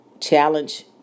challenge